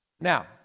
Now